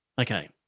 okay